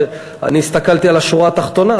אני הסתכלתי על השורה התחתונה.